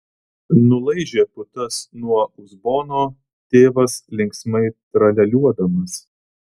nulaižė putas nuo uzbono tėvas linksmai tralialiuodamas